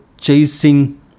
chasing